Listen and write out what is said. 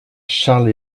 charles